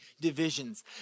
divisions